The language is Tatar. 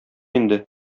инде